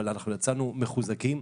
אבל אנחנו יצאנו מחוזקים.